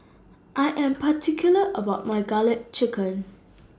I Am particular about My Garlic Chicken